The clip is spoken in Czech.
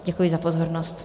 Děkuji za pozornost.